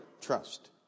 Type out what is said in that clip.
trust